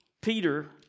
Peter